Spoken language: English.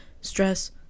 stress